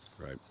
Right